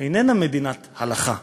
איננה מדינת הלכה.